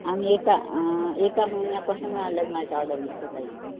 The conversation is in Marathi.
आम्ही एका एका महिन्यापासून लग्नाचे ऑर्डर घेतो ताई